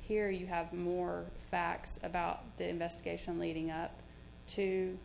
here you have more facts about the investigation leading up to